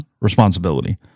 responsibility